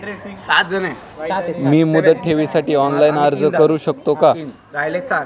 मी मुदत ठेवीसाठी ऑनलाइन अर्ज करू शकतो का?